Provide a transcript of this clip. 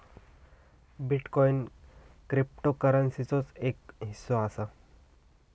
bitcoin क्रिप्टोकरंसीचोच एक हिस्सो असा